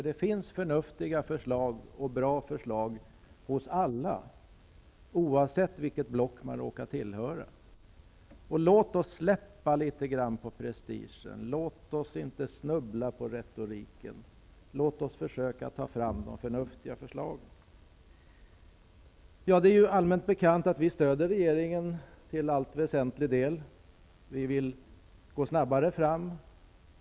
Det finns nämligen både nyttiga och bra förslag hos alla -- oavsett blocktillhörighet. Låt oss släppa litet på prestigen. Låt oss inte snubbla på retoriken. Låt oss försöka ta fram förnuftiga förslag. Det är allmänt bekant att vi stödjer regeringen till väsentlig del. Vi vill avancera snabbare.